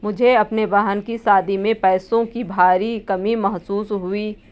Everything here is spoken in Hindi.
मुझे अपने बहन की शादी में पैसों की भारी कमी महसूस हुई